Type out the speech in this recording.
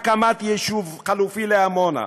הקמת יישוב חלופי לעמונה,